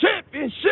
championship